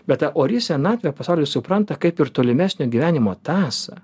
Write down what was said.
bet ta ori senatvė pasaulis supranta kaip ir tolimesnio gyvenimo tąsą